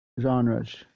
genres